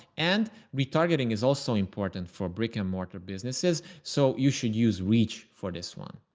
and retargeting is also important for brick and mortar businesses. so you should use reach for this one.